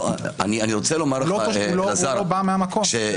הוא לא בא מהמקום.